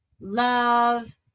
Love